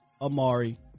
Amari